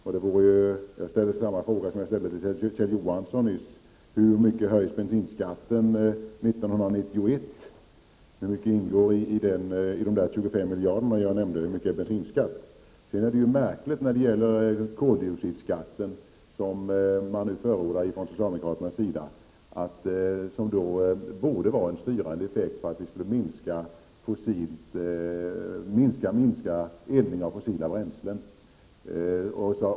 Jag ställer samma fråga till Kjell Nordström som jag nyss ställde till Kjell Johansson: Hur mycket höjs bensinskatten 1991 och hur mycket av de 25 miljarder som jag nämnde kan hänföras till bensinskatt? Socialdemokraterna förordar nu en koldioxidskatt. Det borde få en styrande effekt när det gäller att minska eldningen med fossila bränslen.